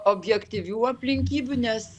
objektyvių aplinkybių nes